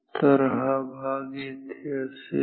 तर हा भाग येथे असेल